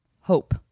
Hope